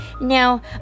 Now